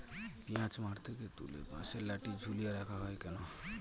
পিঁয়াজ মাঠ থেকে তুলে বাঁশের লাঠি ঝুলিয়ে রাখা হয় কেন?